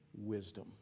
wisdom